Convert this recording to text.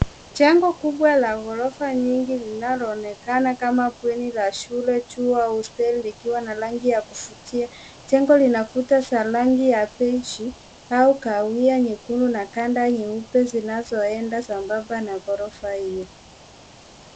Jengo kubwa la ghorofa nyingi linaloonekana kama bweni la shule juu au hosteli likiwa na rangi ya kuvutia. Jengo lina kuta za rangi ya beige au kahawia nyekundu na kanda nyeupe zinazoenda sambamba na ghorofa hiyo.